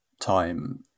time